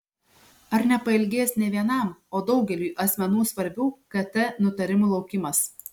ar nepailgės ne vienam o daugeliui asmenų svarbių kt nutarimų laukimas